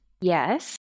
Yes